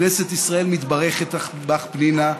הכנסת מתברכת בך, פנינה.